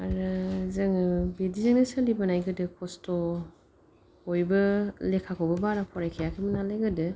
आरो जोङो बिदिजोंनो सोलिबोनाय गोदो खस्थ' बयबो लेखाखौबो बारा फरायखायाखै नालाय गोदो